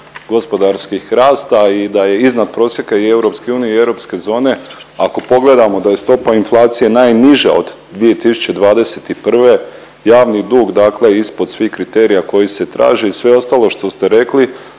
gospodarskih rasta i da je iznad prosjeke i EU i europske zone, ako pogledamo da je stopa inflacije najniža od 2021., javni dug dakle ispod svih kriterija koji se traži i sve ostalo što ste rekli,